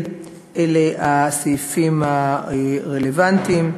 וסעיף 29(ג) אלה הסעיפים הרלוונטיים,